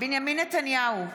בנימין נתניהו,